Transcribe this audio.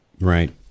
Right